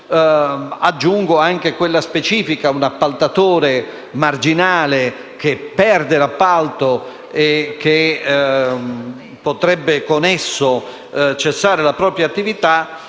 Aggiungo anche quella specifica di un appaltatore marginale che perde l'appalto e che, con esso, potrebbe cessare la propria attività.